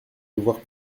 devoirs